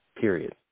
period